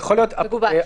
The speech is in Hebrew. מקובל.